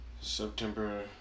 September